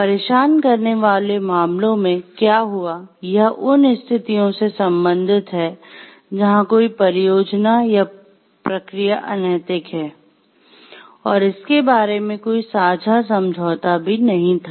परेशान करने वाले मामलों में क्या हुआ यह उन स्थितियों से सम्बंधित है जहां कोई परियोजना या प्रक्रिया अनैतिक है और इसके बारे में कोई साझा समझौता भी नहीं था